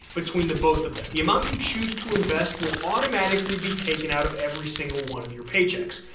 between the both of them. the amount you choose to invest will automatically be taken out of every single one of your paychecks.